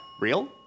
Real